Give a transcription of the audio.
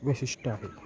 विशिष्ट आहे